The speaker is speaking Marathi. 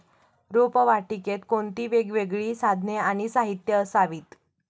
रोपवाटिकेत कोणती वेगवेगळी साधने आणि साहित्य असावीत?